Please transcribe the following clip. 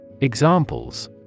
Examples